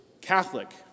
Catholic